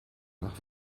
nach